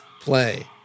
play